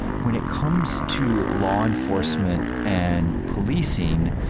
when it comes to law enforcement and policing,